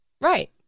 Right